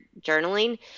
journaling